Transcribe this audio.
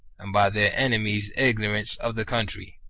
and by their enemies' ignorance of the country.